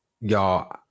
Y'all